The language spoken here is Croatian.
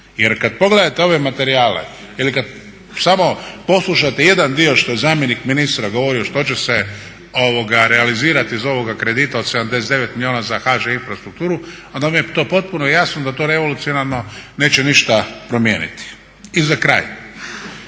Jer kad pogledate ove materijale ili kad samo poslušate jedan dio što je zamjenik ministra govorio što će se realizirati iz ovoga kredita od 79 milijuna za HŽ infrastrukturu onda vam je to potpuno jasno da to revolucionarno neće ništa promijeniti. I za kraj,